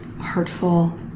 hurtful